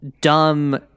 dumb